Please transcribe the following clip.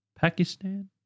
Pakistan